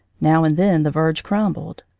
now and then the verge crumbled.